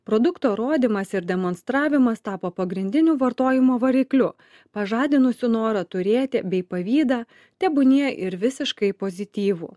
produkto rodymas ir demonstravimas tapo pagrindiniu vartojimo varikliu pažadinusiu norą turėti bei pavydą tebūnie ir visiškai pozityvų